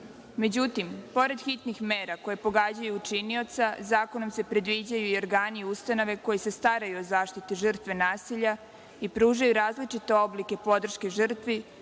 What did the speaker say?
Međutim, pored hitnim mera koje pogađaju učinioca zakonom se predviđaju i organi i ustanove koje se staraju o zaštiti žrtve nasilja i pružaju različite oblike podrške žrtvi